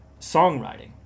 songwriting